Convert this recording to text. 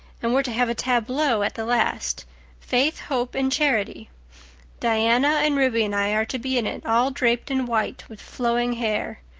and we're to have a tableau at the last faith, hope and charity diana and ruby and i are to be in it, all draped in white with flowing hair.